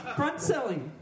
front-selling